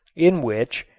in which,